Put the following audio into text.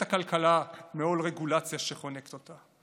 לשחרר את הכלכלה מעול רגולציה שחונקת אותה,